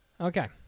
Okay